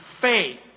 faith